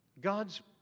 God's